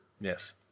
Yes